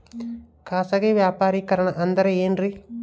ಖಾಸಗಿ ವ್ಯಾಪಾರಿಕರಣ ಅಂದರೆ ಏನ್ರಿ?